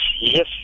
yes